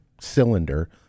cylinder